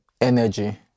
energy